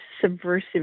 subversive